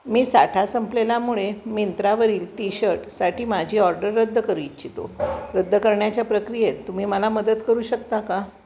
मी साठा संपलेलामुळे मिंत्रावरील टी शर्टसाठी माझी ऑर्डर रद्द करू इच्छितो रद्द करण्याच्या प्रक्रियेत तुम्ही मला मदत करू शकता का